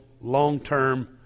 long-term